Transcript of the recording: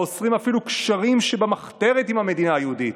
האוסרים אפילו קשרים שבמחתרת עם המדינה היהודית,